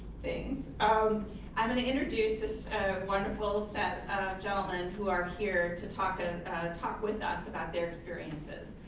things. um i'm gonna introduce this wonderful set of gentlemen who are here to talk ah talk with us about their experiences.